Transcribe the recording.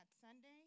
Sunday